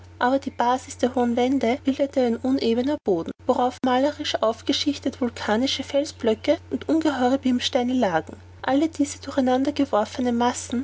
aber die basis der hohen wände bildete ein unebener boden worauf malerisch aufgeschichtet vulkanische felsblöcke und ungeheure bimssteine lagen alle diese durcheinander geworfenen massen